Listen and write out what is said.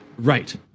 Right